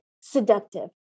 seductive